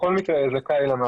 בכל מקרה הוא יהיה זכאי למענק.